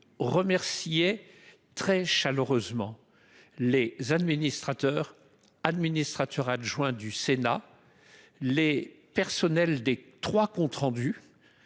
remercier très chaleureusement les administrateurs et administrateurs adjoints, les personnels des trois comptes rendus